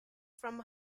from